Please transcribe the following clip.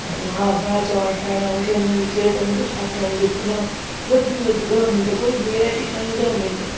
आने हा दाल चांवर ठाहिणा हुजनि सेव टमाटर जो शाकु ठाहिणो हुजे पुलाउ वधि में वधि ॾह मिन्ट कोई बि वैराटी ठाहियूं ॾह मिन्ट